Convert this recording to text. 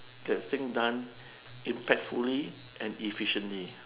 get things done impactfully and efficiently